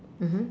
mmhmm